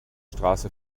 straße